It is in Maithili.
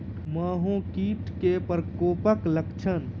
माहो कीट केँ प्रकोपक लक्षण?